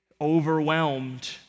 Overwhelmed